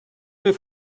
fer